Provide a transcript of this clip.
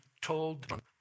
told